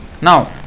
Now